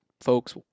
folks